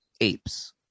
apes